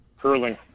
Curling